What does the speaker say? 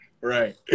Right